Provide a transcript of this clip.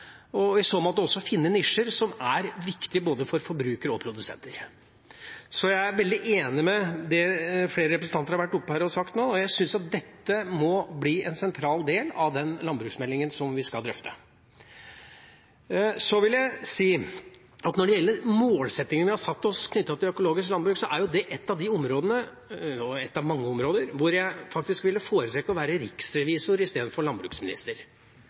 og i så måte også finne nisjer som er viktige både for forbrukere og for produsenter. Så jeg er veldig enig i det flere representanter har vært oppe her og sagt nå, og jeg syns dette må bli en sentral del av den landbruksmeldinga som vi skal drøfte. Så vil jeg si at når det gjelder økologisk landbruk og målsettingene knyttet til det, er det et av mange områder hvor jeg faktisk ville foretrukket å være riksrevisor framfor landbruksminister.